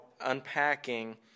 unpacking